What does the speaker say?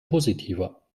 positiver